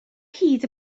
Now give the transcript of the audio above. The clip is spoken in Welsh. hyd